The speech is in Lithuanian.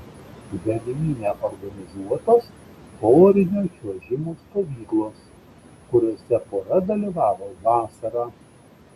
berlyne organizuotos porinio čiuožimo stovyklos kuriose pora dalyvavo vasarą